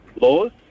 laws